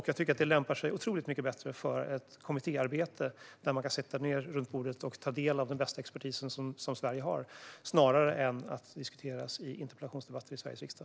Jag tycker att frågorna lämpar sig otroligt mycket bättre för ett kommittéarbete, där man kan sitta ned runt bordet och ta del av den bästa expertis som Sverige har, snarare än att diskuteras i interpellationsdebatter i Sveriges riksdag.